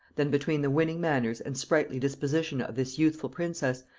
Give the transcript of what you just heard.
than between the winning manners and sprightly disposition of this youthful princess,